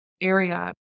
area